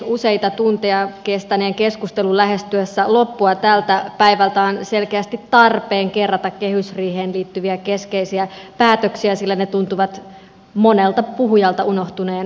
useita tunteja kestäneen keskustelun lähestyessä loppua tältä päivältä on selkeästi tarpeen kerrata kehysriiheen liittyviä keskeisiä päätöksiä sillä ne tuntuvat monelta puhujalta unohtuneen kokonaan